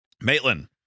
Maitland